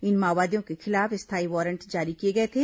इन माओवादियों के खिलाफ स्थायी वारंट जारी किए गए थे